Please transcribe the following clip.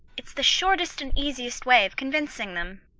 it's the shortest and easiest way of convincing them.